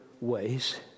ways